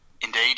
Indeed